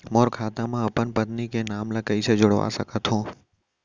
मोर खाता म अपन पत्नी के नाम ल कैसे जुड़वा सकत हो?